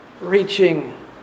reaching